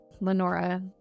lenora